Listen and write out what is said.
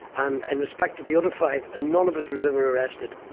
and in respect of the other five, none of us was ever arrested.